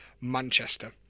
Manchester